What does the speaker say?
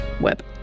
web